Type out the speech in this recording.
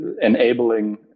enabling